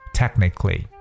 technically